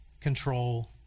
control